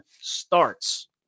starts